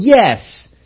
yes